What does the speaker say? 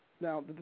Now